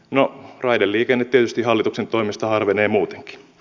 no raideliikenne tietysti hallituksen toimesta harvenee muutenkin